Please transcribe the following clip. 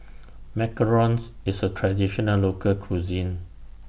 Macarons IS A Traditional Local Cuisine